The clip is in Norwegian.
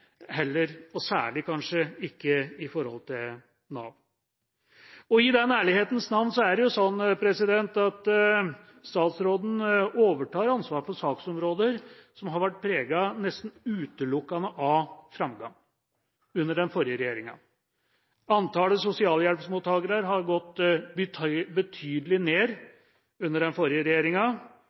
særlig ikke når det gjelder Nav. I den ærlighetens navn er det slik at statsråden overtar ansvar for saksområder som nesten utelukkende har vært preget av framgang under den forrige regjeringa. Antallet sosialhjelpsmottakere har gått betydelig ned under den forrige regjeringa,